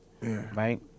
right